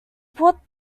put